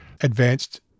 advanced